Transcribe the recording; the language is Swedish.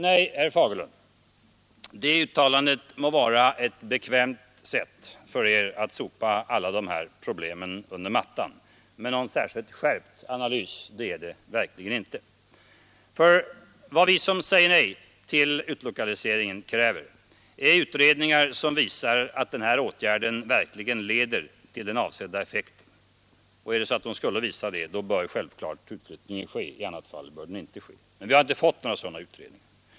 Nej, herr Fagerlund, det uttalandet må vara ett bekvämt sätt för er att sopa alla problemen under mattan, men någon särskilt skärpt analys är det verkligen inte. Vad vi som säger nej till utlokaliseringen kräver är utredningar som visar att den här åtgärden verkligen leder till den avsedda effekten. Vi har inte fått några sådana utredningar.